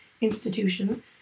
institution